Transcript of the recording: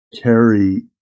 carry